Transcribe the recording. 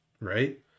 right